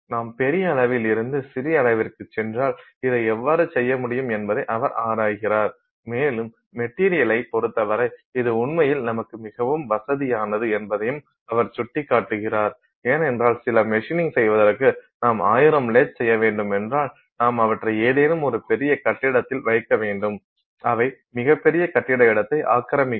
நாம் பெரிய அளவில் இருந்து சிறிய அளவிற்குச் சென்றால் இதை எவ்வாறு செய்ய முடியும் என்பதை அவர் ஆராய்கிறார் மேலும் மெட்டீரியலை பொறுத்தவரை இது உண்மையில் நமக்கு மிகவும் வசதியானது என்பதையும் அவர் சுட்டிக்காட்டுகிறார் ஏனென்றால் சில மிஷினிங் செய்வதற்கு நாம் 1000 லேத் செய்ய வேண்டும் என்றால் நாம் அவற்றை ஏதேனும் ஒரு பெரிய கட்டிடத்தில் வைக்க வேண்டும் அவை மிகப் பெரிய கட்டிட இடத்தை ஆக்கிரமிக்கும்